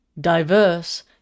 Diverse